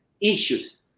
issues